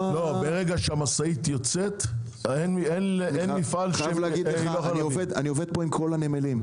ברגע שהמשאית יוצאת- -- אני עובד עם כל הנמלים.